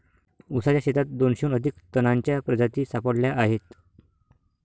ऊसाच्या शेतात दोनशेहून अधिक तणांच्या प्रजाती सापडल्या आहेत